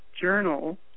journal